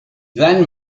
then